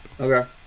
okay